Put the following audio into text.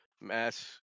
Mass